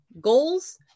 goals